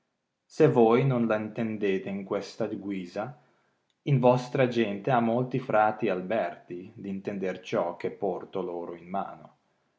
se toi non la ntendete in questa guisa in tostra gente ha molti frati alberti d intender ciò che porto loro ini mano